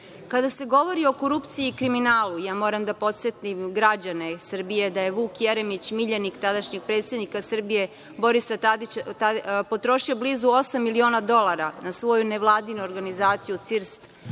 dela. Kada se govori o korupciji i kriminalu moram da podsetim građane Srbije da je Vuk Jeremić miljenik tadašnjeg predsednika Srbije Borisa Tadića potrošio blizu osam miliona dolara na svoju nevladinu organizaciju CIRST